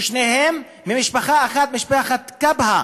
ששניהם ממשפחה אחת, משפחת קבהא,